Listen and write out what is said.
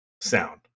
sound